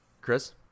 Chris